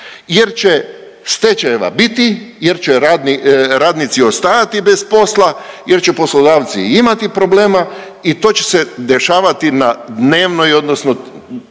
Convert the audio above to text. jer će stečajeva biti, jer će radnici ostajati bez posla, jer će poslodavci imati problema i to će se dešavati na dnevnoj odnosno,